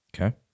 Okay